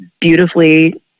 beautifully